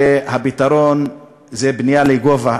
והפתרון זה בנייה לגובה.